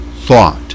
thought